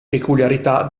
peculiarità